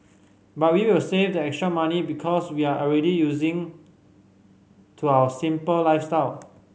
but we will save the extra money because we are already using to our simple lifestyle